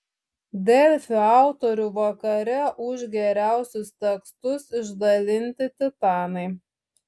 delfi autorių vakare už geriausius tekstus išdalyti titanai